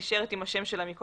הרישיון.